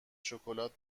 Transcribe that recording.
شکلات